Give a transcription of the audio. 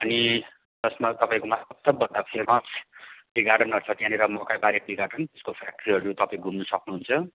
अनि जसमा तपाईँकोमा सबभन्दा फेमस टी गार्डन अर्थात् त्यहाँनिर मकैबारी टी गार्डन त्यसको फ्याक्ट्रीहरू तपाईँ घुम्न सक्नुहुन्छ